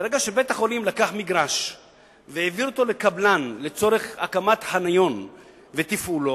ברגע שבית-החולים לקח מגרש והעביר אותו לקבלן לצורך הקמת חניון ותפעולו,